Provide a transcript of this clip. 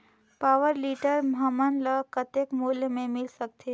Power tiller हमन ल कतेक मूल्य मे मिल सकथे?